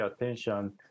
attention